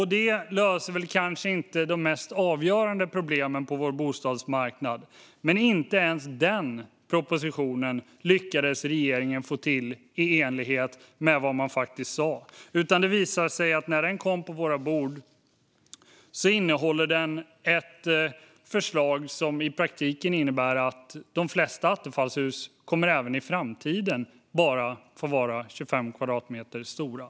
Det löser kanske inte de mest avgörande problemen på vår bostadsmarknad. Inte ens den propositionen lyckades regeringen dock få till i enlighet med vad man har sagt. När den lades på våra bord visade det sig att den innehåller ett förslag som innebär att de flesta attefallshus även i framtiden i praktiken kommer att få vara bara 25 kvadratmeter stora.